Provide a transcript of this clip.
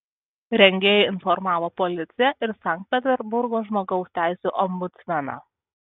rengėjai informavo policiją ir sankt peterburgo žmogaus teisių ombudsmeną